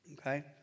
Okay